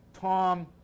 Tom